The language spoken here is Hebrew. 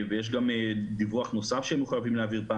יש דיווח נוסף שהם מחויבים להעביר פעם